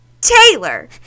Taylor